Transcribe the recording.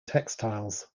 textiles